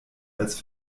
als